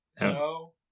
No